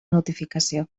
notificació